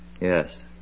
Yes